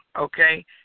Okay